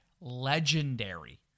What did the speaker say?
Legendary